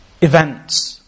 events